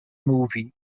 movie